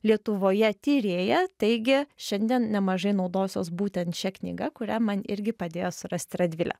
lietuvoje tyrėja taigi šiandien nemažai naudosiuos būtent šia knyga kurią man irgi padėjo surasti radvilė